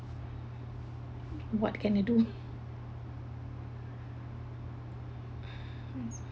what can I do